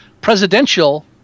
presidential